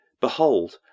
Behold